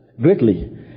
greatly